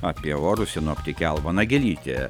apie orus sinoptikė alva nagelytė